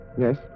Yes